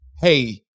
hey